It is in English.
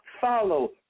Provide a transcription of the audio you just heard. Follow